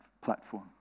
platform